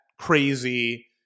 crazy